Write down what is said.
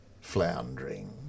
floundering